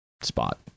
spot